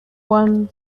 one